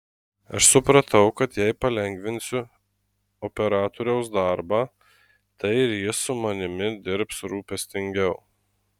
aš supratau kad jei palengvinsiu operatoriaus darbą tai ir jis su manimi dirbs rūpestingiau